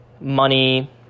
money